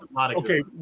Okay